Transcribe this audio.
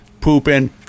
pooping